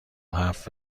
حرف